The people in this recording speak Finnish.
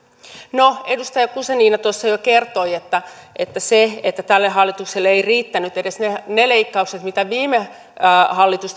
no edustaja guzenina tuossa jo kertoi että se että tälle hallitukselle eivät riittäneet edes ne ne leikkaukset mitä viime hallitus